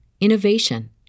innovation